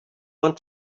want